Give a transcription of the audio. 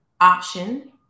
option